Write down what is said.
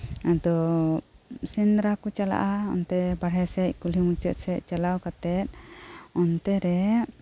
ᱟᱫᱚ ᱥᱮᱸᱫᱨᱟᱠᱩ ᱪᱟᱞᱟᱜᱼᱟ ᱚᱱᱛᱮ ᱵᱟᱨᱦᱮᱥᱮᱡ ᱠᱩᱞᱦᱤ ᱢᱩᱪᱟᱹᱫ ᱥᱮᱡ ᱪᱟᱞᱟᱣ ᱠᱟᱛᱮᱜ ᱚᱱᱛᱮᱨᱮ